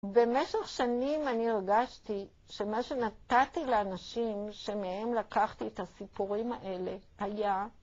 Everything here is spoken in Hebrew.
במשך שנים אני הרגשתי שמה שנתתי לאנשים, שמהם לקחתי את הסיפורים האלה, היה